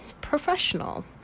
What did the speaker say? professional